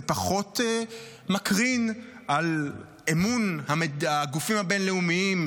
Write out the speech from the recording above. זה פחות מקרין על אמון הגופים הבין-לאומיים,